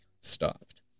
stopped